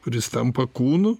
kuris tampa kūnu